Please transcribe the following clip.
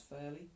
fairly